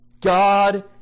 God